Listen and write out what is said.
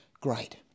great